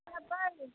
एबै